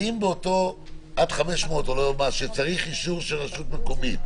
האם עד 500 שצריך אישור של רשות מקומית,